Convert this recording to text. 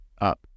up